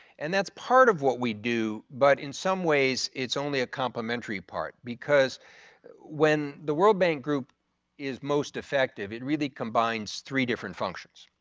and that's part of what we do but in some ways, it's only a complimentary part because when the world bank group is most effective it really combines three different functions.